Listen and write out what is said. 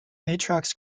matrox